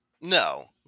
No